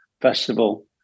Festival